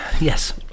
yes